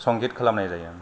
संगीत खालामनाय जायो